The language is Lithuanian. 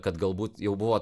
kad galbūt jau buvo